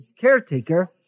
caretaker